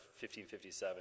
1557